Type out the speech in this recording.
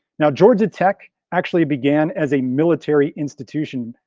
now, georgia tech actually began as a military institution,